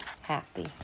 happy